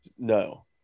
No